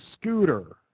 scooter